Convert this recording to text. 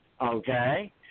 okay